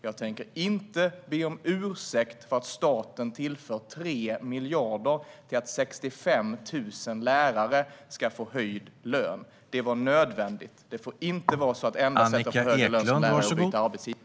Jag tänker inte be om ursäkt för att staten tillför 3 miljarder för att 65 000 lärare ska få högre löner. Det var nödvändigt. Det får inte vara så att det enda sättet för lärare att få högre lön är att byta arbetsgivare.